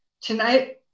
Tonight